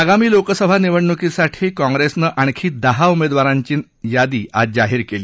आगामी लोकसभा निवडणुकीसाठी काँग्रेसनं आणखी दहा उमेदवारांची यादी आज जाहीर केली